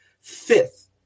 fifth